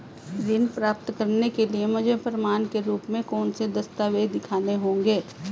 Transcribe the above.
ऋण प्राप्त करने के लिए मुझे प्रमाण के रूप में कौन से दस्तावेज़ दिखाने होंगे?